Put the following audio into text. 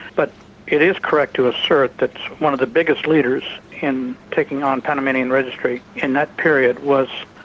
but it is correct to assert that one of the biggest leaders in taking on panamanian registry in that period was,